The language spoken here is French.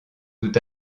tout